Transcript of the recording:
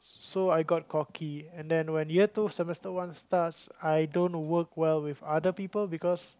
so I got cocky and then when year two semester one starts I don't work well with other people because